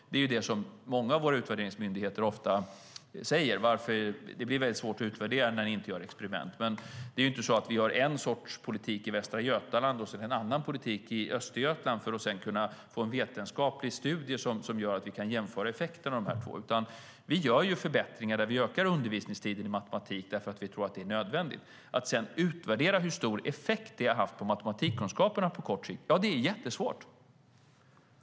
Många av våra utvärderingsmyndigheter säger att det blir svårt att utvärdera när vi inte gör experiment. Men det är inte så att vi har en sorts politik i Västra Götaland och en annan politik i Östergötland för att sedan kunna få en vetenskaplig studie som gör att vi kan jämföra effekterna. Vi gör förbättringar i hela landet. Vi ökar till exempel undervisningstiden i matematik därför att vi tror att det är nödvändigt. Att sedan utvärdera hur stor effekt det har haft på matematikkunskaperna på kort sikt är jättesvårt.